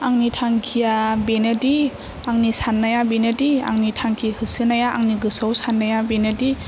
आंनि थांखिया बेनोदि आंनि साननाया बेनोदि आंनि थांखि होसोनाया आंनि गोसोयाव साननाया बेनोदि